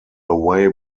away